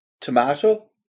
tomato